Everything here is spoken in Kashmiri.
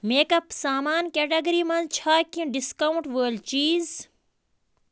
میکَپ سامان کٮ۪ٹَگٔری منٛز چھا کیٚنٛہہ ڈِسکاوُنٛٹ وٲلۍ چیٖز